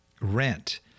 rent